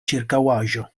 ĉirkaŭaĵo